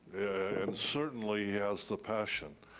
and certainly he has the passion.